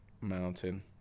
mountain